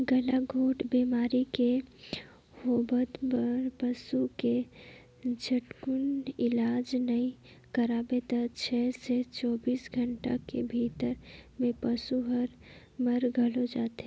गलाघोंट बेमारी के होवब म पसू के झटकुन इलाज नई कराबे त छै से चौबीस घंटा के भीतरी में पसु हर मइर घलो जाथे